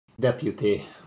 deputy